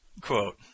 quote